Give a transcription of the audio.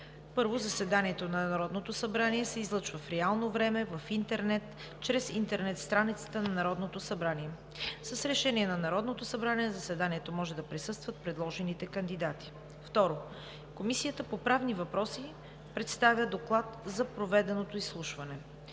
„1. Заседанието на Народното събрание се излъчва в реално време в интернет чрез интернет страницата на Народното събрание. С решение на Народното събрание в заседанието може да присъстват предложените кандидати. 2. Комисията по правни въпроси представя доклад за проведеното изслушване.